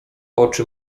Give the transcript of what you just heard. oczy